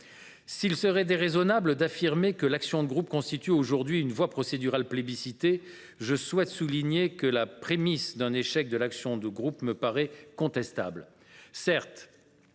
Il serait déraisonnable d’affirmer que l’action de groupe constitue aujourd’hui une voie procédurale plébiscitée, mais je veux souligner que la prémisse d’un échec de l’action de groupe me paraît contestable.